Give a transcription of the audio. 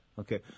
Okay